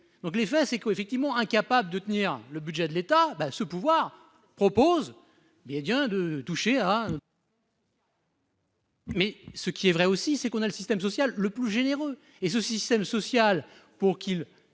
Donc les faits, c'est que, effectivement, incapables de tenir le budget de l'État. Ben ce pouvoir propose mais bien de toucher à hein. Mais ce qui est vrai aussi c'est qu'on a le système social le plus généreux et ce système social pour qu'il